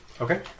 Okay